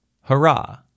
Hurrah